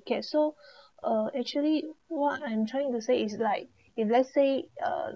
okay so uh actually what I'm trying to say is like if let's say uh